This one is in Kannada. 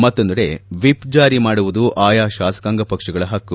ಮತ್ತೊಂದೆಡೆ ವಿಪ್ ಜಾರಿ ಮಾಡುವುದು ಆಯಾ ಶಾಸಕಾಂಗ ಪಕ್ಷಗಳ ಪಕ್ಕು